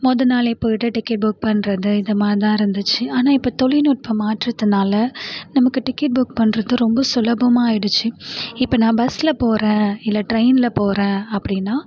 முத நாளே போய்ட்டு டிக்கெட் புக் பண்ணுறது இதை மாதிரி தான் இருந்துச்சு ஆனால் இப்போ தொழில்நுட்பம் மாற்றத்தினால நமக்கு டிக்கெட் புக் பண்ணுறது ரொம்ப சுலபமாக ஆகிடுச்சு இப்போ நான் பஸ்ல போகிறேன் இல்லை ட்ரெய்ன்ல போகிறேன் அப்படினா